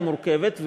היא מורכבת,